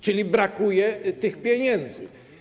Czyli brakuje tych pieniędzy.